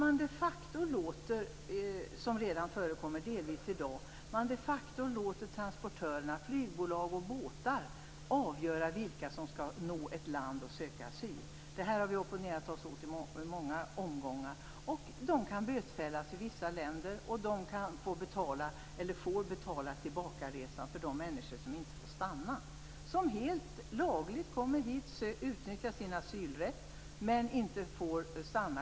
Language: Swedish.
Att man - som redan förekommer delvis i dag - de facto låter transportörerna, flygbolag och båtar, avgöra vilka som skall nå ett land och söka asyl, har vi opponerat oss mot i många omgångar. Transportörerna kan bötfällas i vissa länder, och de kan få betala - eller får betala - tillbakaresan för de människor som inte får stanna. Det handlar om människor som helt lagligt kommer hit och utverkar sin asylrätt, men som inte får stanna.